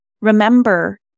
Remember